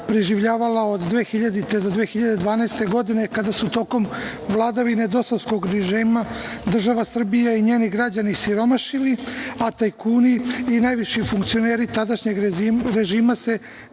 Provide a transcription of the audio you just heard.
preživljavala od 2000. do 2012. godine kada su tokom vladavine dosovskog režima država Srbija i njeni građani siromašili, a tajkuni i najviši funkcioneri tadašnjeg režima se